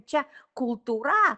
čia kultūra